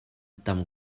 tam